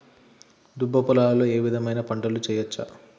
దుబ్బ పొలాల్లో ఏ విధమైన పంటలు వేయచ్చా?